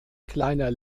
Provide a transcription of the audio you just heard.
kleiner